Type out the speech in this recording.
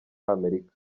amerika